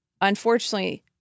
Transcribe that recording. unfortunately